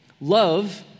Love